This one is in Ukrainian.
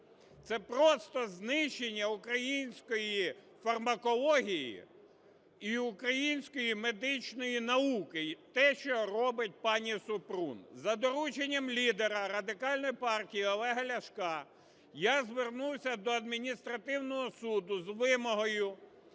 Це просто знищення української фармакології і української медичної науки – те, що робить пані Супрун. За дорученням лідера Радикальної партії Олега Ляшка я звернувся до адміністративного суду з вимогою